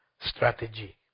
strategy